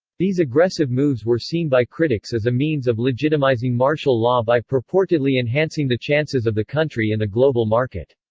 these aggressive moves were seen by critics as a means of legitimizing martial law by purportedly enhancing the chances of the country in the global market.